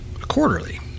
quarterly